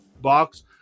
box